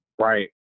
right